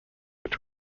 which